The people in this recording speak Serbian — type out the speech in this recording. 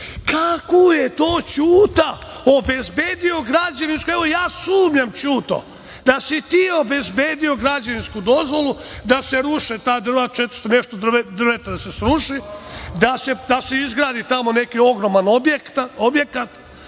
je to Ćuta obezbedio građevinsku dozvolu? Evo, ja sumnjam, Ćuto, da si ti obezbedio građevinsku dozvolu da se ruše ta drva, 400 i nešto drveća da se sruši, da se izgradi tamo neki ogroman objekat.